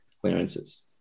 clearances